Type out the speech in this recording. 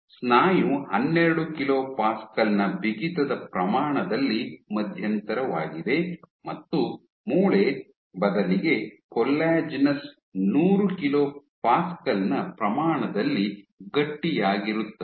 ಸ್ನಾಯು ಹನ್ನೆರಡು kilo pascal ನ ಬಿಗಿತದ ಪ್ರಮಾಣದಲ್ಲಿ ಮಧ್ಯಂತರವಾಗಿದೆ ಮತ್ತು ಮೂಳೆ ಬದಲಿಗೆ ಕೊಲಾಜೆನಸ್ ನೂರು ಕಿಲೋ ಪ್ಯಾಸ್ಕಲ್ ನ ಪ್ರಮಾಣದಲ್ಲಿ ಗಟ್ಟಿಯಾಗಿರುತ್ತದೆ